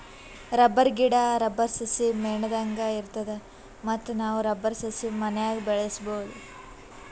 rubber ಗಿಡಾ, rubber ಸಸಿ ಮೇಣದಂಗ್ ಇರ್ತದ ಮತ್ತ್ ನಾವ್ ರಬ್ಬರ್ ಸಸಿ ಮನ್ಯಾಗ್ ಬೆಳ್ಸಬಹುದ್